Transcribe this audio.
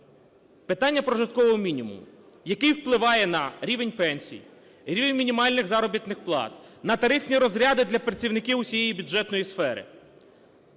Питання прожиткового мінімуму, який впливає на рівень пенсій, рівень мінімальних заробітних плат, на тарифні розряди для працівників всієї бюджетної сфери.